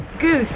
Goose